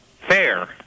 fair